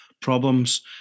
problems